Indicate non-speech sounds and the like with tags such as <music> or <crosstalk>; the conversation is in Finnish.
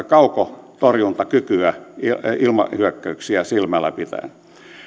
<unintelligible> kaukotorjuntakykyä ilmahyökkäyksiä silmällä pitäen